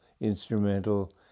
instrumental